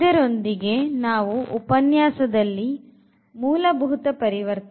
ಇದರೊಂದಿಗೆ ನಾವು ಉಪನ್ಯಾಸದಲ್ಲಿ ಮೂಲಭೂತ ಪರಿವರ್ತನೆ